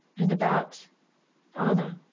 and about anna.